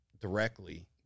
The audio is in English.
directly